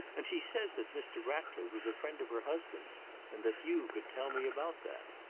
and she says that mr. ratcliffe was a friend of her husband's and that you could tell me about that.